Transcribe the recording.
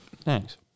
Thanks